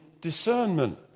discernment